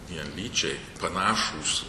vienlyčiai panašūs